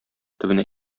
төбенә